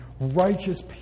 righteous